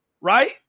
right